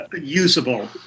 usable